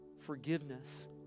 forgiveness